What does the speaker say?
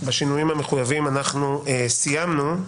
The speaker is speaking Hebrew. בשינויים המחויבים, סיימנו.